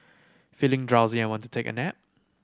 feeling drowsy and want to take a nap